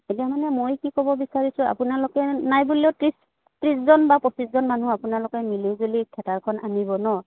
এতিয়া মানে মই কি ক'ব বিচাৰিছোঁ আপোনালোকে নাই বুলিও ত্ৰিছ ত্ৰিছজন বা পঁচিছজন মানুহ আপোনালোকে মিলিজুলি থিয়েটাৰখন আনিব ন